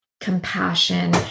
compassion